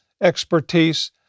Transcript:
expertise